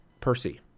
Percy